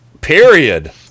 Period